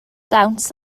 dawns